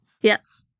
Yes